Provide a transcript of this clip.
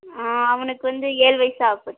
ஆ அவனுக்கு வந்து ஏழு வயசு ஆக போது